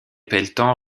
pelletan